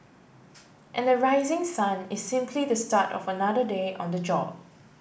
and the rising sun is simply the start of another day on the job